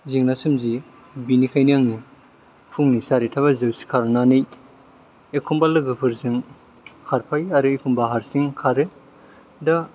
जोंना सोमजियो बेनिखायनो आङो फुंनि सारिथा बाजियाव सिखारनानै एखमबा लोगोफोरजों खारफायो आरो एखमबा हारसिं खारो दा